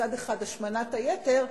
מצד אחד השמנת היתר,